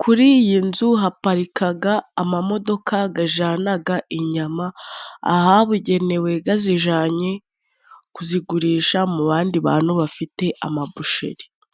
Kuri iyi nzu haparikaga amamodoka gajanaga inyama ahabugenewe gazijanye kuzigurisha mu bandi bantu bafite amabusheri.